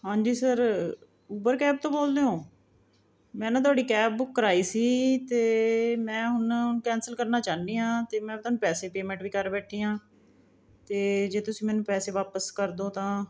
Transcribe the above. ਹਾਂਜੀ sir Uber cab ਤੋਂ ਬੋਲਦੇ ਹੋ ਮੈਂ ਨਾ ਤੁਹਾਡੀ ਕੈਬ ਬੁੱਕ ਕਰਵਾਈ ਸੀ ਅਤੇ ਮੈਂ ਹੁਣ ਕੈਂਸਲ ਕਰਨਾ ਚਾਹੁੰਦੀ ਹਾਂ ਅਤੇ ਮੈਂ ਤੁਹਾਨੂੰ ਪੈਸੇ ਪੇਮੈਂਟ ਵੀ ਕਰ ਬੈਠੀ ਹਾਂ ਅਤੇ ਜੇ ਤੁਸੀਂ ਮੈਨੂੰ ਪੈਸੇ ਵਾਪਸ ਕਰ ਦਿਉ ਤਾਂ